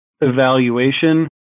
evaluation